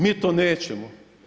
Mi to nećemo.